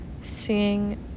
seeing